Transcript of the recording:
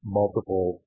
multiple